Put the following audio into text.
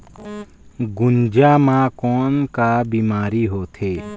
गुनजा मा कौन का बीमारी होथे?